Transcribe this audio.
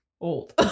old